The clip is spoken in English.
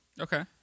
okay